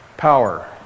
power